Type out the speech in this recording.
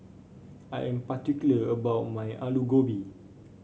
I am particular about my Alu Gobi